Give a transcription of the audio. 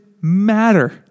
matter